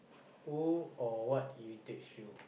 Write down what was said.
who or what irritates you